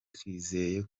twizeye